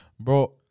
Bro